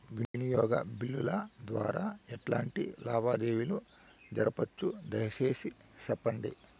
వినియోగ బిల్లుల ద్వారా ఎట్లాంటి లావాదేవీలు జరపొచ్చు, దయసేసి సెప్పండి?